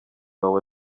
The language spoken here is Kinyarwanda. wawe